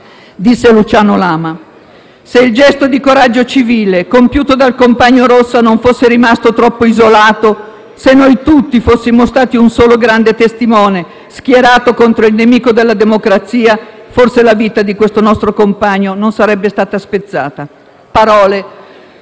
Disse Luciano Lama: «Se il gesto di coraggio civile compiuto dal compagno Rossa non fosse rimasto troppo isolato, se (...) noi tutti (…) fossimo stati un solo grande testimone schierato contro il nemico della democrazia, forse la vita di questo nostro compagno non sarebbe stata spezzata». Parole